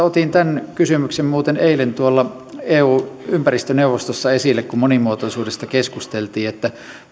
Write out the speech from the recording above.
otin tämän kysymyksen muuten eilen tuolla eun ympäristöneuvostossa esille kun monimuotoisuudesta keskusteltiin että